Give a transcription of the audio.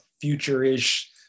future-ish